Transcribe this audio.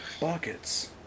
buckets